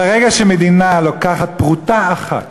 ברגע שמדינה לוקחת פרוטה אחת